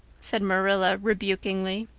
said marilla rebukingly.